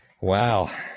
Wow